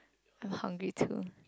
I'm hungry too